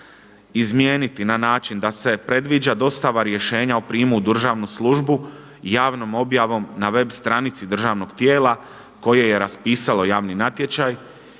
izmijeniti na način da se predviđa dostava rješenja o prijamu u državnu službu javnom objavom na web stranici državnog tijela koje je raspisalo javni natječaj